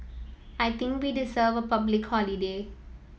I think we deserve public holiday